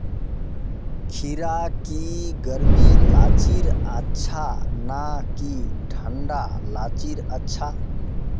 खीरा की गर्मी लात्तिर अच्छा ना की ठंडा लात्तिर अच्छा?